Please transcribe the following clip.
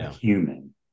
human